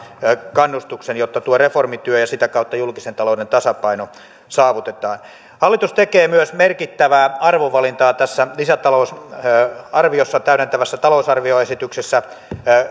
kannustuksen jotta tuo reformityö ja sitä kautta julkisen talouden tasapaino saavutetaan hallitus tekee myös merkittävää arvovalintaa tässä lisätalousarviossa täydentävässä talousarvioesityksessä